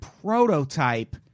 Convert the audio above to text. prototype